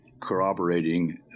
corroborating